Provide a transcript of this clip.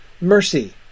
MERCY